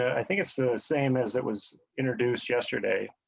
i think it's so the same as it was introduced yesterday.